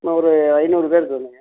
ஒரு ஐநூறு பேருக்கு வேணுங்க